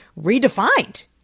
redefined